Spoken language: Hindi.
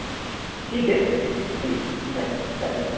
ठीक है जी थैंक थैंक यू